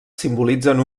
simbolitzen